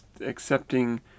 accepting